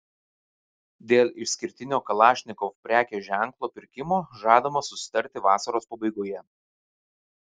dėl išskirtinio kalašnikov prekės ženklo pirkimo žadama susitarti vasaros pabaigoje